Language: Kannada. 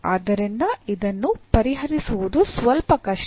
ಆದ್ದರಿಂದ ಇದನ್ನು ಪರಿಹರಿಸುವುದು ಸ್ವಲ್ಪ ಕಷ್ಟ